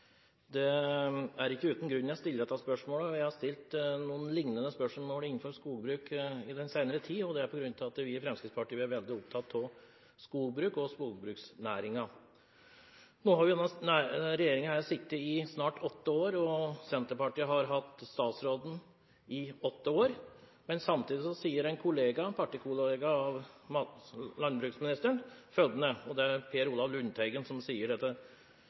Det er ikke uten grunn jeg stiller dette spørsmålet, og jeg har stilt noen liknende spørsmål innenfor skogbruk i den senere tid. Det er fordi vi i Fremskrittspartiet er veldig opptatt av skogbruk og skogbruksnæringen. Nå har denne regjeringen sittet i snart åtte år, og Senterpartiet har hatt statsråden i åtte år. Samtidig sier en partikollega av landbruksministeren, Per Olaf Lundteigen, til Dagens Næringsliv at næringen ligger på sotteseng. Det sier